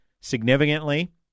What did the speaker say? significantly